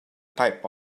type